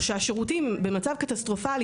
או שהשירותים במצב קטסטרופלי